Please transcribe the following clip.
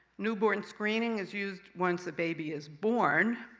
newborn screening is used once a baby is born.